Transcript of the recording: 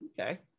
okay